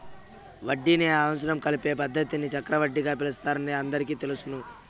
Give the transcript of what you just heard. వడ్డీని అసలు కలిపే పద్ధతిని చక్రవడ్డీగా పిలుస్తారని అందరికీ తెలుసును